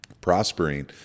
prospering